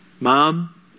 Mom